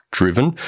driven